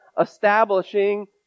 establishing